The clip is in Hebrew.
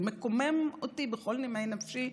זה מקומם אותי בכל נימי נפשי,